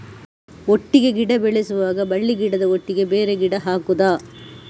ಒಟ್ಟಿಗೆ ಗಿಡ ಬೆಳೆಸುವಾಗ ಬಳ್ಳಿ ಗಿಡದ ಒಟ್ಟಿಗೆ ಬೇರೆ ಗಿಡ ಹಾಕುದ?